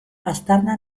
aztarna